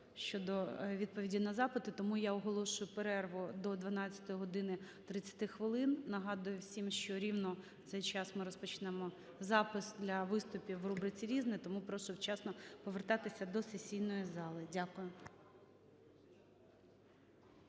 щодо відповіді на запити. Тому я оголошую перерву до 12 години 30 хвилин. Нагадую всім, що рівно в цей час ми розпочнемо запис для виступів в рубриці "Різне", тому прошу вчасно повертатися до сесійної зали. Дякую.